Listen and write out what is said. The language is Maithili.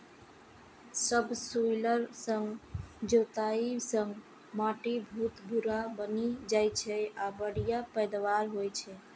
सबसॉइलर सं जोताइ सं माटि भुरभुरा बनि जाइ छै आ बढ़िया पैदावार होइ छै